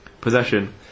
Possession